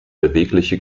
bewegliche